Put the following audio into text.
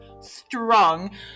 strong